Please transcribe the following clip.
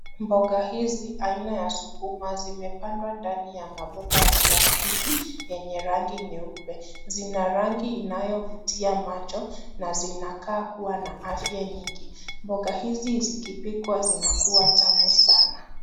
Mboga hizi aina ya sukuma zimepandwa ndani ya mabomba ya plastiki yenye rangi nyeupe. Zina rangi inayovutia macho na zinakaa kuwa na afya nyingi. Mboga hizi zikipikwa zinakua tamu sana.